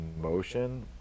motion